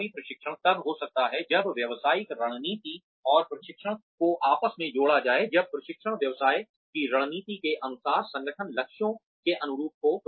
प्रभावी प्रशिक्षण तभी हो सकता है जब व्यावसायिक रणनीति और प्रशिक्षण को आपस में जोड़ा जाए जब प्रशिक्षण व्यवसाय की रणनीति के अनुसार संगठन लक्ष्यों के अनुरूप हो